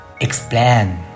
explain